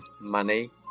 Money